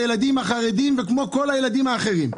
הילדים החרדים כמו כל הילדים האחרים.